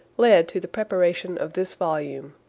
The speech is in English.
led to the preparation of this volume.